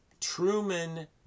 Truman